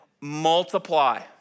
multiply